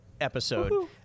episode